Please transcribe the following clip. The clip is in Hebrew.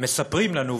מספרים לנו,